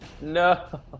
No